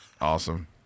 awesome